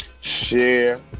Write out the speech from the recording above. Share